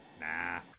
Nah